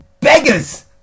beggars